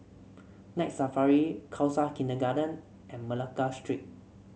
Night Safari Khalsa Kindergarten and Malacca Street